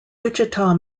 wichita